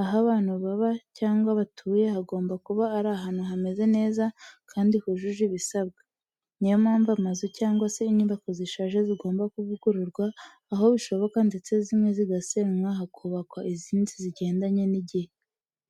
aho abantu baba cyangwa batuye hagomba kuba ari ahantu hameze neza kandi hujuje ibisabwa. Ni yo mpamvu amazu cyangwa se inyubako zishaje zigomba kuvugururwa aho bishoboka ndetse zimwe zigasenywa hakubakwa izindi zigendanye n'igihe.